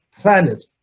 planet